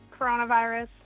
coronavirus